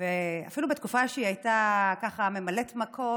אפילו בתקופה שהיא הייתה ממלאת מקום,